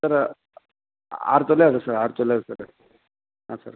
ಸರ್ರ ಆರು ತೊಲೆ ಅದ ಸರ್ ಆರು ತೊಲೆ ಸರ ಹಾಂ ಸರ್